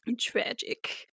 Tragic